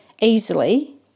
easily